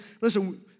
listen